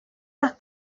las